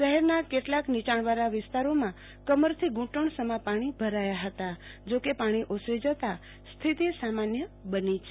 શહેરના કેટલાય નીચાણવાળા વિસ્તારોમાં કમર થી ધું ટણ સમા પાણી ભરાથા હતા જો કે પાણી ઓસરી જતાં સ્થિતિ સામાન્ય બની છે